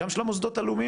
יש גם מוסדות עלומים